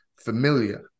familiar